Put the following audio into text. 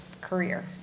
career